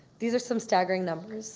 these are some staggering numbers